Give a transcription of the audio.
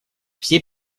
все